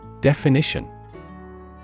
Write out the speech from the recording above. Definition